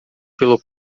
pelo